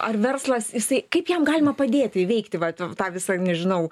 ar verslas jisai kaip jam galima padėti įveikti vat tą visai nežinau